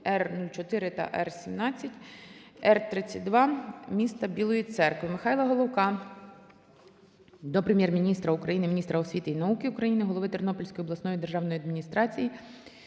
Р-04 та Р-17, Р-32 м. Білої Церкви. Михайла Головка до Прем'єр-міністра України, міністра освіти і науки України, голови Тернопільської обласної державної адміністрації